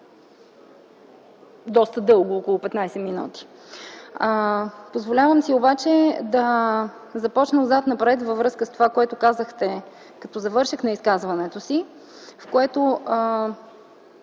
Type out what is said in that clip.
доста дълго – около 15 минути. Позволявам си обаче да започна отзад напред във връзка с това, което казахте като завършек на изказването си, с което